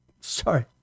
Sorry